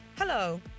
Hello